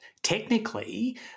Technically